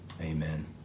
Amen